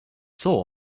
soul